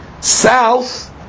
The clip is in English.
south